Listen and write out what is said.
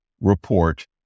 report